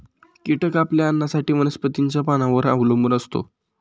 कीटक आपल्या अन्नासाठी वनस्पतींच्या पानांवर अवलंबून असतो